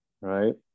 Right